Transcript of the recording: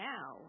Now